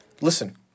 Listen